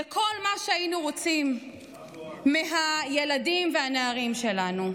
לכל מה שהיינו רוצים מהילדים והנערים שלנו.